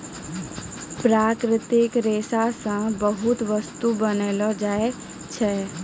प्राकृतिक रेशा से बहुते बस्तु बनैलो जाय छै